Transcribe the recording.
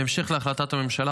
בהמשך להחלטת הממשלה,